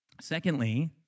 Secondly